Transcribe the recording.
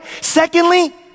Secondly